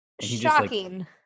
Shocking